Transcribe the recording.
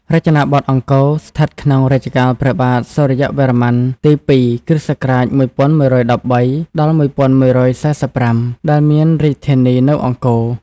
រចនាបថអង្គរ ស្ថិតក្នុងរជ្ជកាលព្រះបាទសូរ្យវរន្ម័ន ទី ២ គ.ស. ១១១៣ – ១១៤៥ ដែលមានរាជធានី នៅអង្គរ។